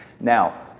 Now